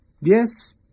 Yes